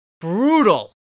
brutal